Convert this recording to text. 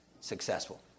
successful